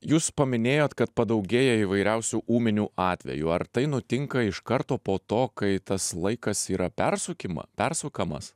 jūs paminėjot kad padaugėja įvairiausių ūminių atvejų ar tai nutinka iš karto po to kai tas laikas yra per sukima persukamas